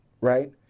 right